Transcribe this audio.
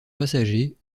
passager